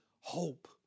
Hope